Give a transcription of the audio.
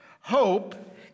Hope